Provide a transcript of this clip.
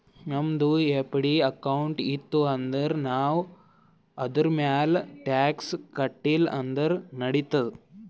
ನಮ್ದು FD account ಇತ್ತು ಅಂದುರ್ ನಾವ್ ಅದುರ್ಮ್ಯಾಲ್ ಟ್ಯಾಕ್ಸ್ ಕಟ್ಟಿಲ ಅಂದುರ್ ನಡಿತ್ತಾದ್